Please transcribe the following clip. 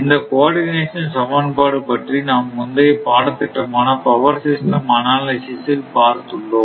இந்த coordination சமன்பாடு பற்றி நாம் முந்தைய பாடத் திட்டமான பவர் சிஸ்டம் அனாலிஸ் இல் பார்த்துள்ளோம்